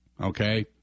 okay